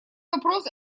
вопрос